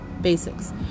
Basics